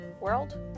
world